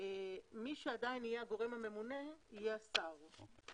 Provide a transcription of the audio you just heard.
מי שעדיין יהיה הגורם הממונה יהיה השר.